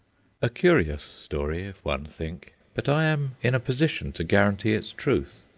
a curious story, if one think, but i am in a position to guarantee its truth.